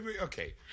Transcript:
Okay